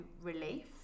relief